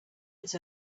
its